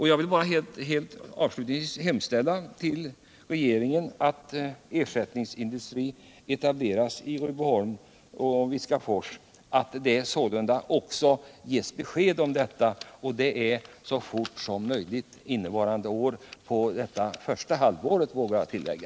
Jag vill bara avslutningsvis hemställa till regeringen att ersättningsindustri etableras i Rydboholm och Viskafors och att det ges besked om detta så fort som möjligt innevarande år— under det första halvåret, vågar jag tillägga.